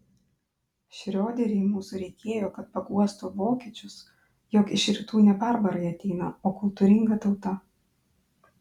šrioderiui mūsų reikėjo kad paguostų vokiečius jog iš rytų ne barbarai ateina o kultūringa tauta